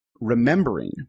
remembering